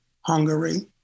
Hungary